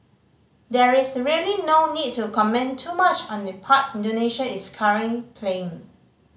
there is really no need to comment too much on the part Indonesia is current playing